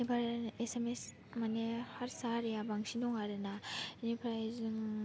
एबार एसामिस माने हारसा हारिया बांसिन दङ आरो ना बेनिफ्राय जों